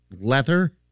leather